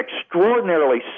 extraordinarily